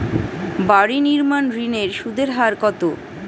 বাড়ি নির্মাণ ঋণের সুদের হার কত?